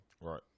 Right